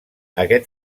aquest